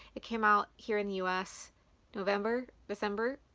it came out here in the us november. december?